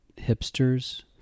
hipsters